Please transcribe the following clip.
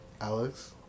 Alex